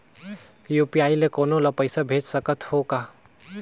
UPI ले कोनो ला पइसा भेज सकत हों का?